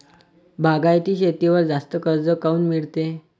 बागायती शेतीवर जास्त कर्ज काऊन मिळते?